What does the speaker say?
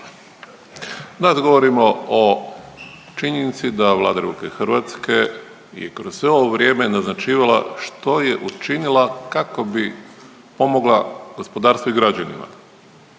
Da govorimo o činjenici da Vlada Republike Hrvatske i kroz sve ovo vrijeme naznačivala što je učinila kako bi pomogla gospodarstvu i građanima,